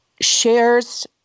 Shares